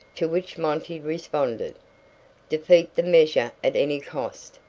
to which monty responded defeat the measure at any cost.